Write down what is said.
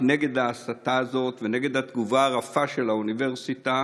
נגד ההסתה הזאת ונגד התגובה הרפה של האוניברסיטה,